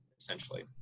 essentially